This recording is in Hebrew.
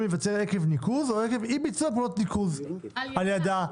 להיווצר עקב ניקוז או עקב אי-ביצוע פעולות ניקוז על ידה.